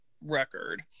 record